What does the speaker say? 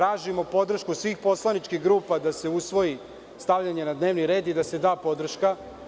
Tražimo podršku svih poslaničkih grupa da se usvoji stavljanje na dnevni red i da se da podrška.